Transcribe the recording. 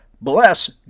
bless